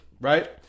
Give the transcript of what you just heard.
right